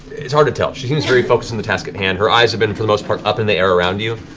it's hard to tell. she seems very focused on the task at hand. her eyes have been, for the most part, up in the air around you.